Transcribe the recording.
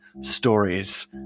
stories